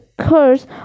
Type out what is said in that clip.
curse